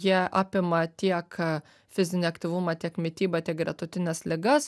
jie apima tiek fizinį aktyvumą tiek mitybą tiek gretutines ligas